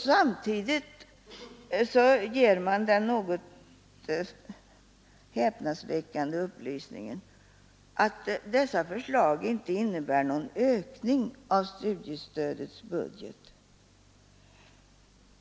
Samtidigt ger man den något häpnadsväckande upplysningen att dessa förslag inte innebär någon ökning av studiestödets budget.